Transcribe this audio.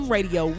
Radio